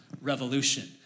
revolution